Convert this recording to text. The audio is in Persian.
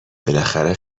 بالاخره